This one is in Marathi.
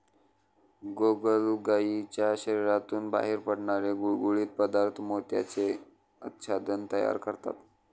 गोगलगायीच्या शरीरातून बाहेर पडणारे गुळगुळीत पदार्थ मोत्याचे आच्छादन तयार करतात